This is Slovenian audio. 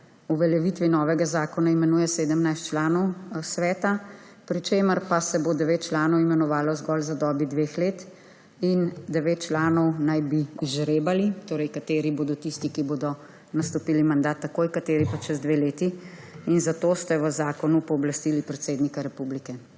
uveljavitvi novega zakona imenuje 17 članov sveta, pri čemer pa se bo 9 članov imenovalo zgolj za dobo dveh let. 9 članov naj bi izžrebali, torej kateri bodo tisti, ki bodo nastopili mandat takoj, kateri pa čez dve leti. Za to ste v zakonu pooblastili predsednika republike,